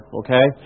okay